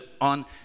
on